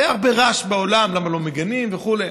והיה הרבה רעש בעולם למה לא מגנים וכו'.